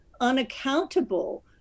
unaccountable